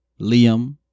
Liam